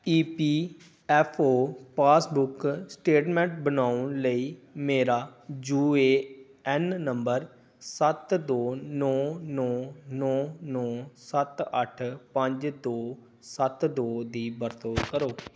ਈ P F O passbook statement ਬਣਾਉਣ ਲਈ ਮੇਰਾ ਯੂ ਏ ਐੱਨ ਨੰਬਰ ਸੱਤ ਦੋ ਨੌਂ ਨੌਂ ਨੌਂ ਨੌਂ ਸੱਤ ਅੱਠ ਪੰਜ ਦੋ ਸੱਤ ਦੋ ਦੀ ਵਰਤੋਂ ਕਰੋ